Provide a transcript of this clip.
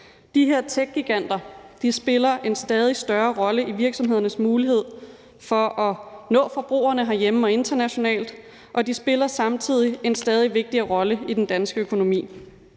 De her techgiganter spiller en stadig større rolle i virksomhedernes mulighed for at nå forbrugerne herhjemme og internationalt, og de spiller samtidig en stadig vigtigere rolle i den danske økonomi.